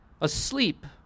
asleep